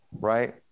right